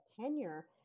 tenure